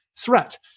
threat